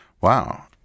Wow